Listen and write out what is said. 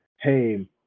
hey